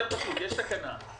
יש תקנה,